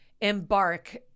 embark